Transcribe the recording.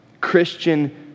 Christian